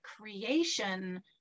creation